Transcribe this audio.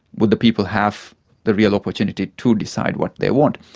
will the people have the real opportunity to decide what they want?